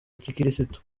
gikirisitu